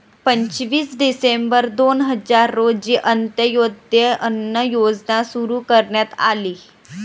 पंचवीस डिसेंबर दोन हजार रोजी अंत्योदय अन्न योजना सुरू करण्यात आली